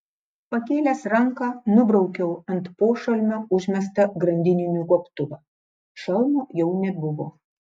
pakėlęs ranką nubraukiau ant pošalmio užmestą grandininių gobtuvą šalmo jau nebuvo